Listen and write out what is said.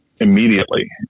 Immediately